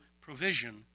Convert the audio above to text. provision